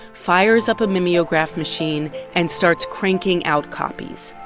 fires up a mimeograph machine and starts cranking out copies.